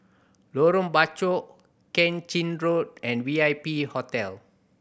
Lorong Bachok Keng Chin Road and V I P Hotel